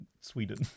Sweden